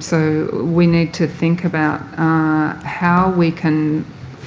so we need to think about how we can